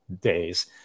days